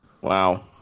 Wow